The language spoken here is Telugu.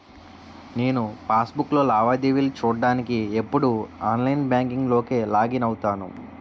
నేను పాస్ బుక్కులో లావాదేవీలు చూడ్డానికి ఎప్పుడూ ఆన్లైన్ బాంకింక్ లోకే లాగిన్ అవుతాను